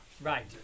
right